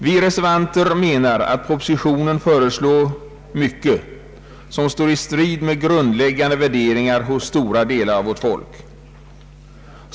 Vi reservanter menar att i propositionen föreslås mycket som står i strid med grundläggande värderingar hos stora delar av vårt folk.